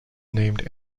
named